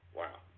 wow